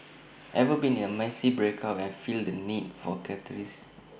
ever been in A messy breakup and feel the need for